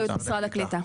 באחריות משרד הקליטה.